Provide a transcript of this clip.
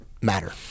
matter